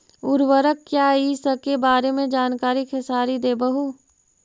उर्वरक क्या इ सके बारे मे जानकारी खेसारी देबहू?